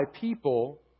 people